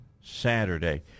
Saturday